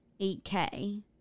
8k